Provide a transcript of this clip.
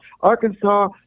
Arkansas